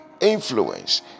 influence